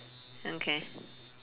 okay